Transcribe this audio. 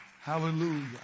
Hallelujah